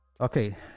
okay